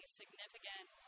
significant